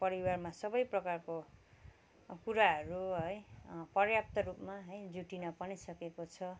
र परिवारमा सबै प्रकारको कुराहरू है प्रयाप्त रूपमा है जुटिन पनि सकेको छ